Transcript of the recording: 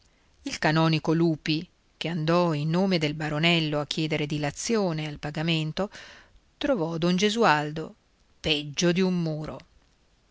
il canonico lupi che andò in nome del baronello a chiedere dilazione al pagamento trovò don gesualdo peggio di un muro